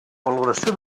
valoració